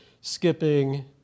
Skipping